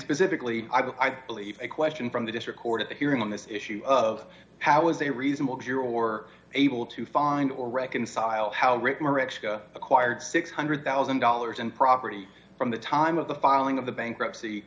specifically i believe a question from the district court at the hearing on this issue of how is a reasonable juror or able to find or reconcile how acquired six hundred thousand dollars and property from the time of the filing of the bankruptcy